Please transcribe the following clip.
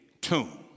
tomb